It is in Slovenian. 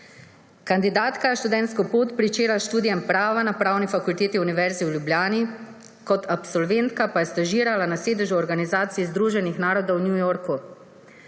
Kandidatka je študentsko pot začela s študijem prava na Pravni fakulteti Univerze v Ljubljani, kot absolventka pa je stažirala na sedežu organizacije Združenih narodov v New Yorku.